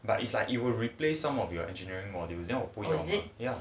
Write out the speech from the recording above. but it's like it will will replace some of your engineering modules then 我不要